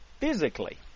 physically